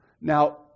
Now